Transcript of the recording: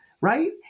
right